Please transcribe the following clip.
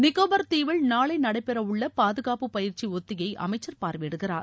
நிக்கோபர் தீவில் நாளை நடைபெற உள்ள பாதுகாப்பு பயிற்சி ஒத்திகையை அமைச்சர் பார்வையிடுகிறார்